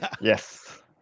Yes